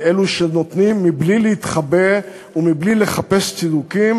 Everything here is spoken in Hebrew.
אלו שנותנים בלי להתחבא ובלי לחפש צידוקים,